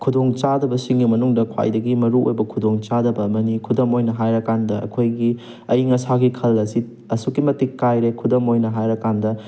ꯈꯨꯗꯣꯡ ꯆꯥꯗꯕꯁꯤꯡꯒꯤ ꯃꯅꯨꯡꯗ ꯈ꯭ꯋꯥꯏꯗꯒꯤ ꯃꯔꯨꯑꯣꯏꯕ ꯈꯨꯗꯣꯡ ꯆꯥꯗꯕ ꯑꯃꯅꯤ ꯈꯨꯗꯝ ꯑꯣꯏꯅ ꯍꯥꯏꯔꯀꯥꯟꯗ ꯑꯩꯈꯣꯏꯒꯤ ꯑꯌꯤꯡ ꯑꯁꯥꯒꯤ ꯈꯜ ꯑꯁꯤ ꯑꯁꯨꯛꯀꯤ ꯃꯇꯤꯛ ꯀꯥꯏꯔꯦ ꯈꯨꯗꯝ ꯑꯣꯏꯅ ꯍꯥꯏꯔꯀꯥꯟꯗ